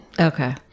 Okay